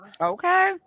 Okay